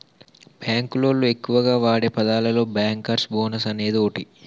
బాంకులోళ్లు ఎక్కువగా వాడే పదాలలో బ్యాంకర్స్ బోనస్ అనేది ఓటి